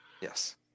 Yes